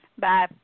Bye